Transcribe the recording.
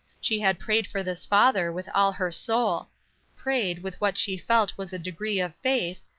she had prayed for this father with all her soul prayed, with what she felt was a degree of faith,